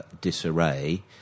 disarray